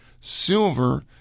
Silver